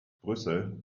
brüssel